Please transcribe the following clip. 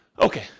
okay